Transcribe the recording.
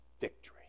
Victory